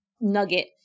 nugget